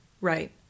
right